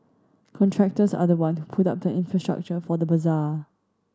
contractors are the one who put up the infrastructure for the bazaar